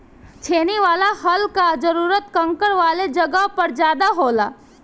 छेनी वाला हल कअ जरूरत कंकड़ वाले जगह पर ज्यादा होला